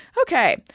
Okay